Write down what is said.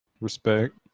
Respect